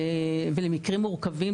במקרים מורכבים,